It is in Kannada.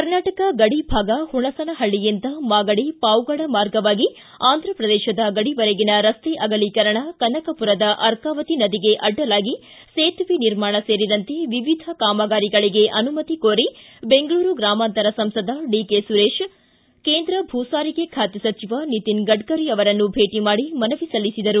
ಕರ್ನಾಟಕ ಗಡಿ ಭಾಗ ಹುಣಸಣಹಳ್ಳಿಯಿಂದ ಮಾಗಡಿ ಪಾವಗಡ ಮಾರ್ಗವಾಗಿ ಆಂಧ್ರ ಪ್ರದೇಶದ ಗಡಿವರೆಗಿನ ರಸ್ತೆ ಅಗಲೀಕರಣ ಕನಕಪುರದ ಅರ್ಕಾವತಿ ನದಿಗೆ ಅಡ್ಡಲಾಗಿ ಸೇತುವೆ ನಿರ್ಮಾಣ ಸೇರಿದಂತೆ ವಿವಿಧ ಕಾಮಗಾರಿಗಳಿಗೆ ಅನುಮತಿ ಕೋರಿ ಬೆಂಗಳೂರು ಗ್ರಾಮಾಂತರ ಸಂಸದ ಡಿಕೆ ಸುರೇಶ್ ಕೇಂದ್ರ ಭೂ ಸಾರಿಗೆ ಖಾತೆ ಸಚಿವ ನಿತಿನ್ ಗಡ್ಕರಿ ಅವರನ್ನು ಭೇಟಿ ಮಾಡಿ ಮನವಿ ಸಲ್ಲಿಸಿದರು